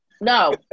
No